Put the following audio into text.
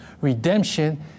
redemption